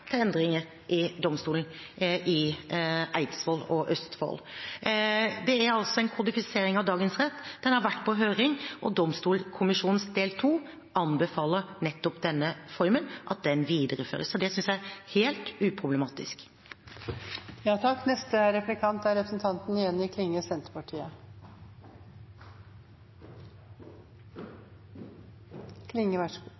til endringer i domstolen i Eidsvoll og Østfold. Det er altså en kodifisering av dagens rett. Den har vært på høring, og domstolkommisjonens del 2 anbefaler nettopp denne formen, at den videreføres. Det synes jeg er helt